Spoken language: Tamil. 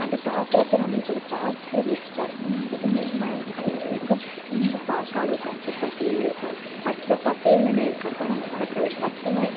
அதை பாக்குறப்போ நம்மளுக்கு ஒரு பாஸிட்டிவ் வைப்ஸ்ஸா இருக்கும் இங்குட்டு நேர்மறை கல்திரள் இருக்கும் எங்கு பார்த்தாலும் பச்சை பசேல்னு இருக்கும் பச்சை பசேல்னு இருக்கப்போ நம்ம மனசில் ஒரு பசுமை